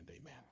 amen